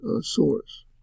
source